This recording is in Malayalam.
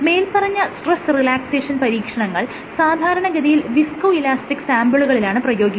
മേല്പറഞ്ഞ സ്ട്രെസ് റിലാക്സേഷൻ പരീക്ഷണങ്ങൾ സാധാരണ ഗതിയിൽ വിസ്കോ ഇലാസ്റ്റിക് സാംപിളുകളിലാണ് പ്രയോഗിക്കുന്നത്